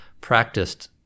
practiced